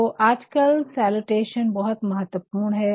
तो आजकल सैलूटेशन बहुत महत्वपूर्ण है